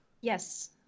Yes